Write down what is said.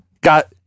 got